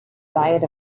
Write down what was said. diet